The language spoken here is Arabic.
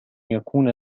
يكون